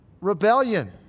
rebellion